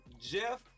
Jeff